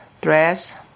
dress